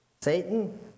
Satan